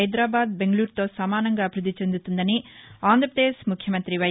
హైదరాబాద్ బెంగళూరుతో సమానంగా అభివృద్ధి చెందుతుందని ఆంధ్రపదేశ్ ముఖ్యమంత్రి వై